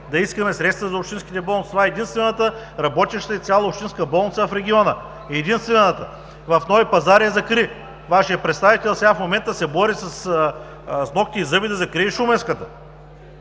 да искаме средства за общинските болници. Това е единствената работеща изцяло общинска болница в региона. Единствената! В Нови пазар я закри вашият представител, сега в момента се бори с нокти и зъби да закрие шуменската.